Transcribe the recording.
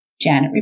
Janet